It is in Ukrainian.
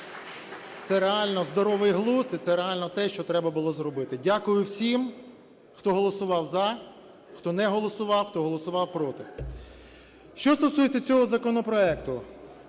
.це реально здоровий глузд. І це реально те, що треба було зробити. Дякую всім, хто голосував за, хто не голосував, хто голосував проти. Що стосується цього законопроекту.